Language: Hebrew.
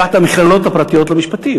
קח את המכללות הפרטיות למשפטים.